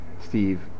Steve